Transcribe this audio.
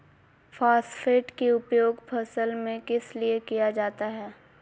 Phosphate की उपयोग फसल में किस लिए किया जाता है?